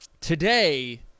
today